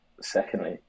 secondly